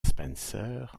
spencer